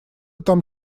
там